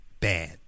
Bad